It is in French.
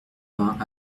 vingt